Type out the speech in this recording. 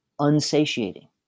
unsatiating